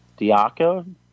Diaco